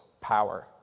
power